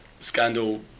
scandal